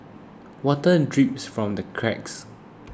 water drips from the cracks